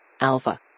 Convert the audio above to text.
Alpha